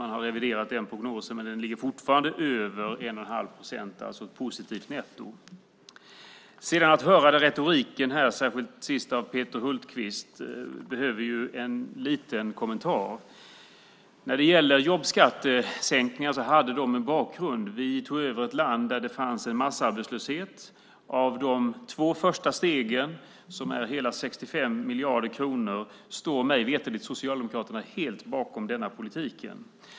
Man har reviderat den prognosen, men den ligger fortfarande över 1 1⁄2 procent. Det är alltså ett positivt netto. Retoriken, särskilt det som sades av Peter Hultqvist i slutet av hans inlägg, behöver en liten kommentar. När det gäller jobbskattesänkningarna hade de en bakgrund. Vi tog över ett land med massarbetslöshet. Vad gäller de två första stegen, som är hela 65 miljarder kronor, står mig veterligt Socialdemokraterna helt bakom den politiken.